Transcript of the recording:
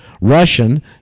russian